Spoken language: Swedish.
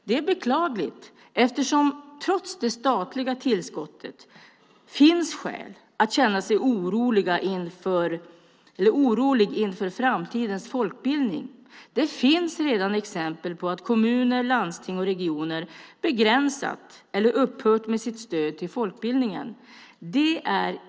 Det är beklagligt eftersom det trots det statliga tillskottet finns skäl att känna sig orolig inför framtidens folkbildning. Det finns redan exempel på att kommuner, landsting och regioner begränsat eller upphört med sitt stöd till folkbildningen.